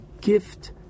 gift